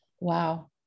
Wow